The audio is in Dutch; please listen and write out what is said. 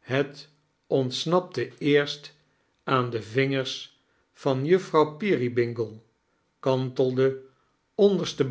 het ontsaapte eerst aan de vingers van juffrouw peerybingle kantelde onderste